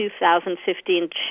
2015